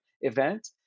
event